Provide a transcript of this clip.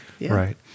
Right